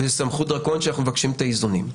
זו סמכות דרקונית שאנחנו מבקשים את האיזונים.